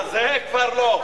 יפה כבר לא.